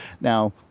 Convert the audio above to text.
Now